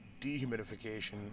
dehumidification